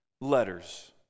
letters